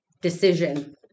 decision